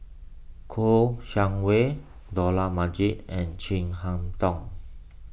Kouo Shang Wei Dollah Majid and Chin Harn Tong